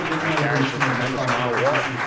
and it carries a tremendous amount of water